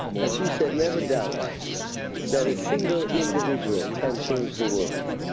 and she said, never doubt that a single individual can change the world.